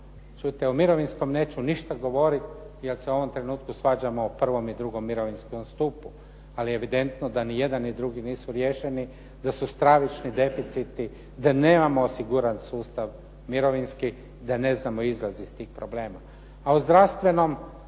Čujte o mirovinskom neću ništa govorit jer se u ovom trenutku svađamo o prvom i drugom mirovinskom stupu, ali je evidentno da ni jedan ni drugi nisu riješeni, da su stravični deficiti, da nemamo osiguran sustav mirovinski, da ne znamo izlaz iz tih problema.